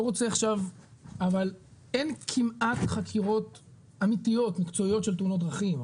אבל אין כמעט חקירות אמיתיות מקצועיות של תאונות דרכים.